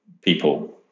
people